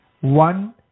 One